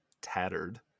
tattered